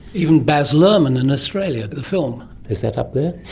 even baz luhrmann and australia, the film. is that up there?